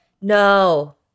No